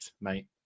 mate